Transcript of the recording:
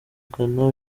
ghana